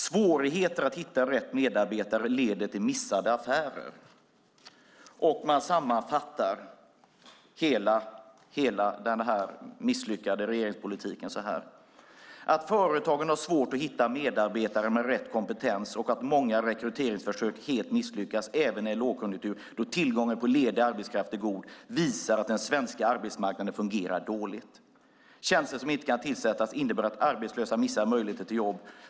Svårigheter att hitta rätt medarbetare leder till missade affärer, och man sammanfattar hela den här misslyckade regeringspolitiken så här: "Att företagen har svårt att hitta medarbetare med rätt kompetens och att många rekryteringsförsök helt misslyckas, även i en lågkonjunktur då tillgången på ledig arbetskraft är god, visar att den svenska arbetsmarknaden fungerar dåligt. Tjänster som inte kan tillsättas innebär att arbetslösa missar möjligheter till jobb.